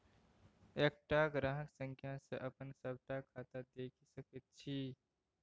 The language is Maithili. एकटा ग्राहक संख्या सँ अपन सभटा खाता देखि सकैत छी